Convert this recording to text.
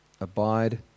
Abide